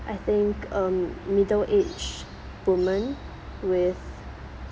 I think um middle age woman with